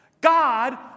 God